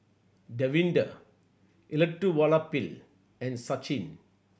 Davinder Elattuvalapil and Sachin